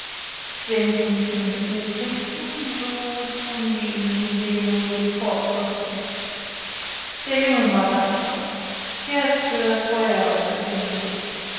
wenn die indsmen mit mir trinken so tun wir ihnen den willen und gehen fort sonst nicht der junge mag anfangen hier hast du das feuerwasser winnetou